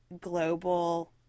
global